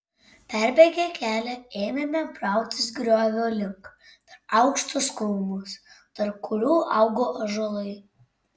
perbėgę kelią ėmėme brautis griovio link per aukštus krūmus tarp kurių augo ąžuolai